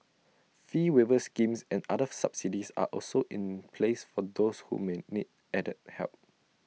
fee waiver schemes and further subsidies are also in place for those who may need added help